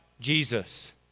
Jesus